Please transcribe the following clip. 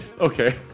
Okay